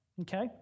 okay